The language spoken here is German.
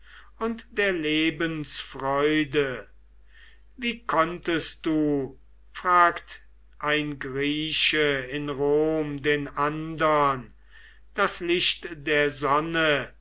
und der lebensfreude wie konntest du fragt ein grieche in rom den andern das licht der sonne